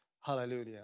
Hallelujah